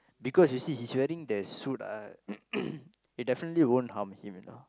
because you see he's wearing the suit ah it definitely won't harm him you know